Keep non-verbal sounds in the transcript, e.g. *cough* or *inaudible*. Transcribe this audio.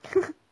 *laughs*